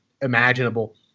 imaginable